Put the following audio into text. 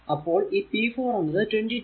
അപ്പോൾ ഈ p 4 എന്നത് 22 0